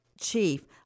Chief